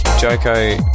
Joko